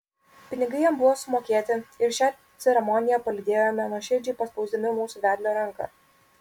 pinigai jam buvo sumokėti ir šią ceremoniją palydėjome nuoširdžiai paspausdami mūsų vedlio ranką